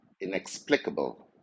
inexplicable